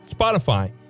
Spotify